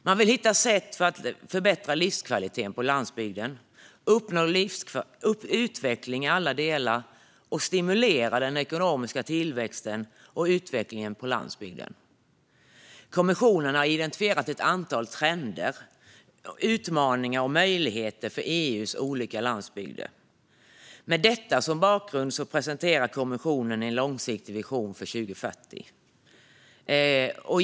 Man vill hitta sätt att förbättra livskvaliteten på landsbygden, uppnå utveckling i alla delar och stimulera den ekonomiska tillväxten och utvecklingen på landsbygden. Kommissionen har identifierat ett antal trender, utmaningar och möjligheter för EU:s olika landsbygder. Med detta som bakgrund presenterar kommissionen en långsiktig vision fram till 2040.